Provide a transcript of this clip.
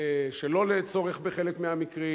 שלא לצורך בחלק מהמקרים.